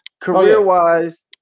career-wise